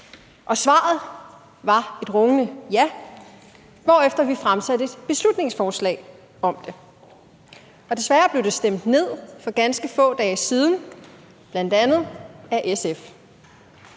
Og svaret var et rungende ja, hvorefter vi fremsatte et beslutningsforslag om det. Desværre blev det stemt ned for ganske få dage siden, bl.a. af SF.